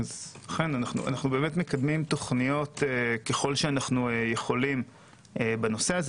אנחנו באמת מקדמים תוכניות ככל שאנחנו יכולים בנושא הזה.